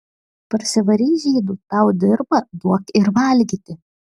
parsivarei žydų tau dirba duok ir valgyti